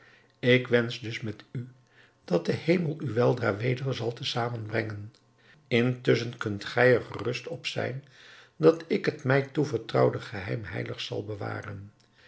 ik wensch dus met u dat de hemel u weldra weder zal te zamen brengen intusschen kunt gij er gerust op zijn dat ik het mij toevertrouwde geheim heilig zal bewaren